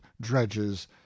dredges